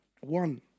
One